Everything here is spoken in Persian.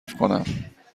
کنم